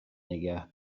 نگه